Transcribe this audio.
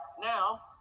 Now